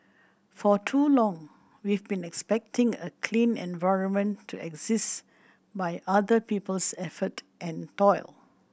for too long we've been expecting a clean environment to exist by other people's effort and toil